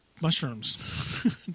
mushrooms